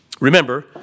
remember